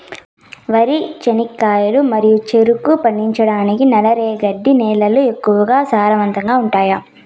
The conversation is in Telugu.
వరి, చెనక్కాయలు మరియు చెరుకు పండించటానికి నల్లరేగడి నేలలు ఎక్కువగా సారవంతంగా ఉంటాయా?